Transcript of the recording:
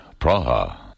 Praha